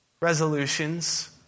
resolutions